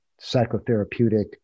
psychotherapeutic